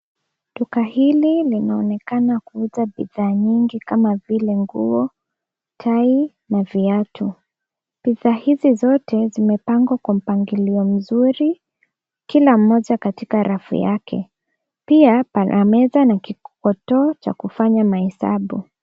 Duka hili linaonekana kuuza bidhaa nyingi kama vile nguo, tai na viatu. Bidhaa hizi zote ,zimepangwa kwa mpangilio mzuri, kila mmoja katika rafu yake. Pia , pana meza na kikotoo cha kufanya mahesabu.